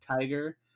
tiger